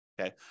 Okay